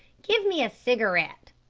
give me a cigarette.